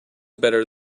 better